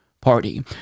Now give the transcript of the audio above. Party